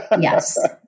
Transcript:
Yes